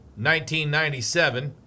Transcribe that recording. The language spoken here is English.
1997